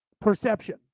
perception